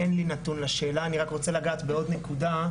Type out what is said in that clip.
אין לי נתון לשאלה, אני רק רוצה לגעת בעוד נקודה.